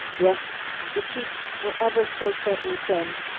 yes the cheeks were ever so faintly thin,